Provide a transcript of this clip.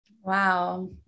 Wow